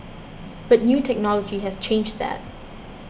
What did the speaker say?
but new technology has changed that